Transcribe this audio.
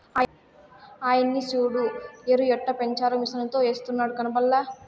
ఆయన్ని సూడు ఎరుయెట్టపెంచారో మిసనుతో ఎస్తున్నాడు కనబల్లా